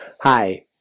Hi